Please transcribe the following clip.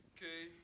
Okay